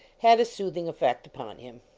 had a soothing effect upon him.